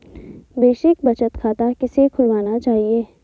Basic बचत खाता किसे खुलवाना चाहिए?